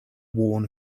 worn